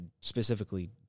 specifically